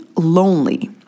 lonely